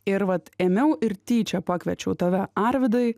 ir vat ėmiau ir tyčia pakviečiau tave arvydai